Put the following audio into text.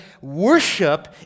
worship